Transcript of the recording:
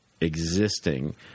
existing